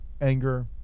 anger